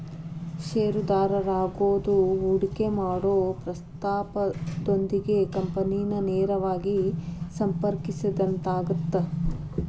ಷೇರುದಾರರಾಗೋದು ಹೂಡಿಕಿ ಮಾಡೊ ಪ್ರಸ್ತಾಪದೊಂದಿಗೆ ಕಂಪನಿನ ನೇರವಾಗಿ ಸಂಪರ್ಕಿಸಿದಂಗಾಗತ್ತ